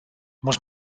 muss